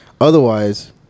otherwise